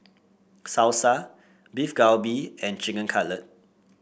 Salsa Beef Galbi and Chicken Cutlet